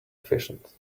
efficient